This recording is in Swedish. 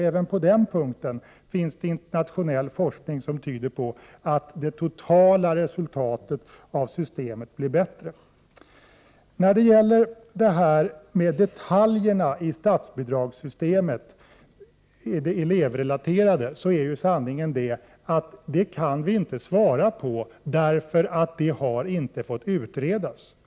Även på den punkten finns det internationell forskning som tyder på att det totala resultatet blir bättre med det systemet. När det gäller detaljerna i det elevrelaterade statsbidragssystemet är sanningen den att vi inte kan svara på hur de skall se ut eftersom detta inte har fått utredas.